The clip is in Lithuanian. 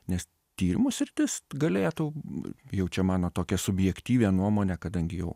nes tyrimų sritis galėtų būti jau čia mano tokia subjektyvia nuomone kadangi jau